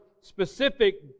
specific